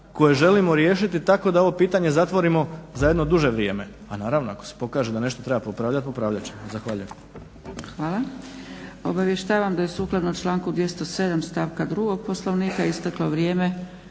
koje želimo riješiti tako da ovo pitanje zatvorimo za jedno duže vrijeme, a naravno ako se pokaže da nešto treba popravljat, popravljat ćemo. Zahvaljujem. **Zgrebec, Dragica (SDP)** Hvala. Obavještavam da je sukladno članku 207. stavka 2. Poslovnika isteklo vrijeme